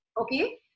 Okay